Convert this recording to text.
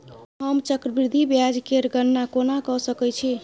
हम चक्रबृद्धि ब्याज केर गणना कोना क सकै छी